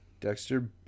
Dexter